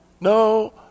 No